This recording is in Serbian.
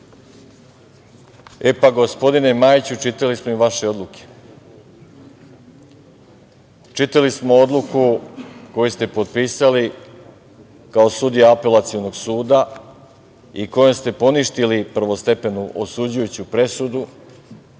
Pa, gospodine Majiću, čitali smo i vaše odluke. Čitali smo odluku koju ste potpisali kao sudija Apelacionog suda i kojom ste poništili prvostepenu osuđujuću presudu